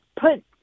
put